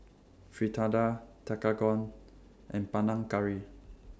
Fritada Tekkadon and Panang Curry